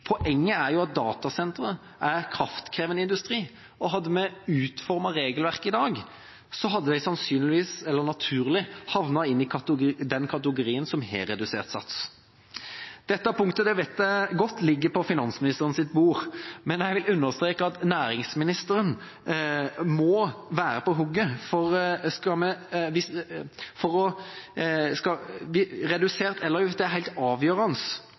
Poenget er at datasentre er kraftkrevende industri, og hadde en utformet regelverket i dag, hadde de naturlig havnet i den kategorien som har redusert sats. Dette punktet vet jeg ligger på finansministerens bord, men jeg vil understreke at næringsministeren må være på hugget, for redusert elavgift er helt avgjørende